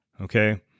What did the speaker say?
okay